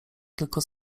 tylko